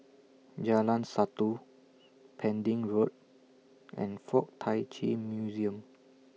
Jalan Satu Pending Road and Fuk Tak Chi Museum